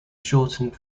shortened